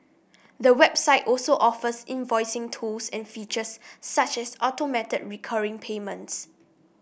the website also offers invoicing tools and features such as automated recurring payments